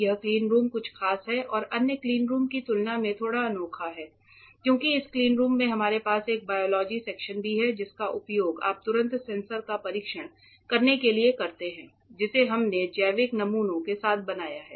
यह क्लीनरूम कुछ खास है यह अन्य क्लीनरूम की तुलना में थोड़ा अनोखा है क्योंकि इस क्लीनरूम में हमारे पास एक बायोलॉजी सेक्शन भी है जिसका उपयोग आप तुरंत सेंसर का परीक्षण करने के लिए करते हैं जिसे हमने जैविक नमूने के साथ बनाया है